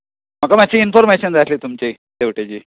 म्हाका मातशी इन्फोर्मेशन जाय आसली तुमची तेवटेची